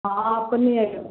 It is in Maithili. हँ अपने एहिठाम सऽ